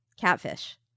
Catfish